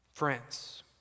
Friends